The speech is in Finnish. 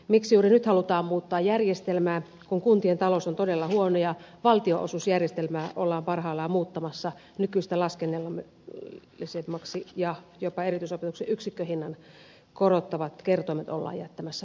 miksi juuri nyt halutaan muuttaa järjestelmää kun kuntien talous on todella huono ja valtionosuusjärjestelmää ollaan parhaillaan muuttamassa nykyistä laskennallisemmaksi ja jopa erityisopetuksen yksikköhinnan korottavat kertoimet ollaan jättämässä pois